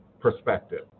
perspective